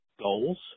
goals